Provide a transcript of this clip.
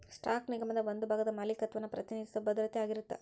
stock ನಿಗಮದ ಒಂದ ಭಾಗದ ಮಾಲೇಕತ್ವನ ಪ್ರತಿನಿಧಿಸೊ ಭದ್ರತೆ ಆಗಿರತ್ತ